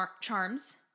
charms